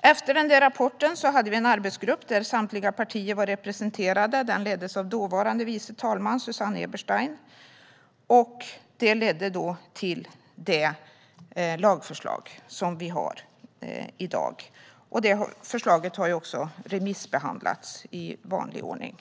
Efter att den här rapporten hade kommit hade vi en arbetsgrupp där samtliga partier var representerade. Den leddes av dåvarande vice talman Susanne Eberstein. Det ledde till det lagförslag som vi har i dag. Det förslaget har också remissbehandlats i vanlig ordning.